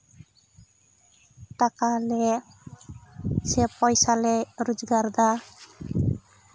ᱴᱟᱠᱟ ᱞᱮ ᱥᱮ ᱯᱮᱭᱥᱟᱞᱮ ᱨᱚᱡᱽᱜᱟᱨᱮᱫᱟ